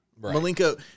Malenko